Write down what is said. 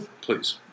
Please